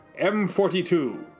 M42